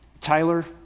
Tyler